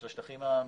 של השטחים המגוננים.